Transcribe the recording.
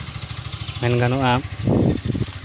ᱢᱮᱱ ᱜᱟᱱᱚᱜᱼᱟ